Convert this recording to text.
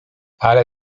ale